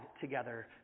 together